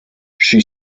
she